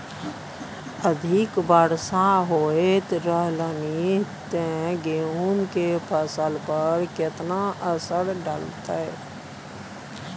अधिक वर्षा होयत रहलनि ते गेहूँ के फसल पर केतना असर डालतै?